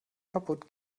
kaputt